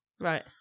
Right